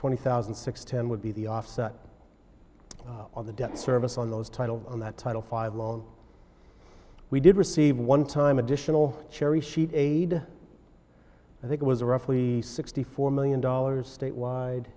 twenty thousand six ten would be the offset on the debt service on those titles on that title five long we did receive one time additional cherry sheet aid i think it was roughly sixty four million dollars statewide